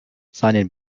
seinen